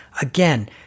again